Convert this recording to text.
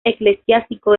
eclesiástico